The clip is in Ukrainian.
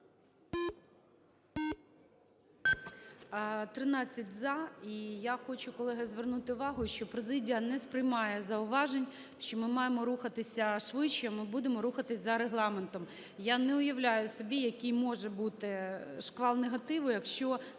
За-13 І я хочу, колеги, звернути увагу, що президія не сприймає зауважень, що ми маємо рухатися швидше. Ми будемо рухатися за Регламентом. Я не уявляю собі, який може бути шквал негативу, якщо,